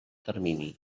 termini